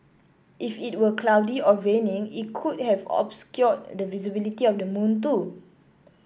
if it were cloudy or raining it could have obscured the visibility of the moon too